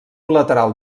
lateral